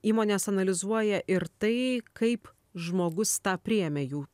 įmonės analizuoja ir tai kaip žmogus tą priėmė jų